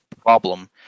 problem